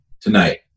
tonight